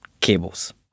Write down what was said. cables